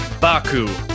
Baku